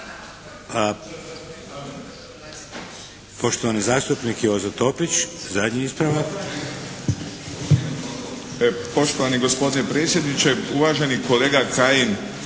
Poštovani zastupnik Jozo Topić, zadnji ispravak.